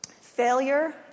failure